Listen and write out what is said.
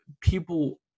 people